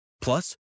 plus